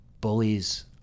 bullies